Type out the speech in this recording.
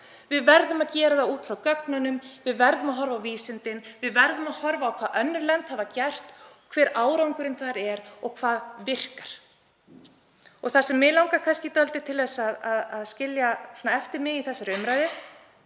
við verðum að gera það út frá gögnum. Við verðum að horfa á vísindin. Við verðum að horfa á hvað önnur lönd hafa gert, hver árangurinn þar er og hvað virkar. Það sem mig langar dálítið til að skilja eftir mig í þessari umræðu,